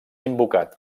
invocat